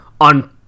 on